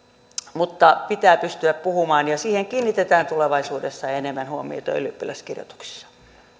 mutta pitää pystyä puhumaan ja siihen kiinnitetään tulevaisuudessa enemmän huomiota ylioppilaskirjoituksissa